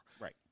Right